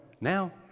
now